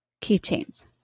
keychains